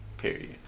Period